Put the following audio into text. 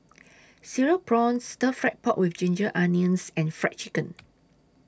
Cereal Prawns Stir Fried Pork with Ginger Onions and Fried Chicken